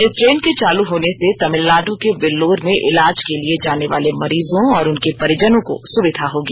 इस ट्रेन के चालू होर्न से तमिलनाडु के वेल्लोर में इलाज के लिए जाने वाले मरीजों और उनके परिजनों को सुविधा होगी